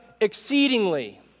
exceedingly